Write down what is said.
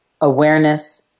awareness